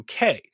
UK